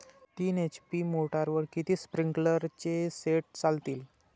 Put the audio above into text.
तीन एच.पी मोटरवर किती स्प्रिंकलरचे सेट चालतीन?